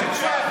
לא.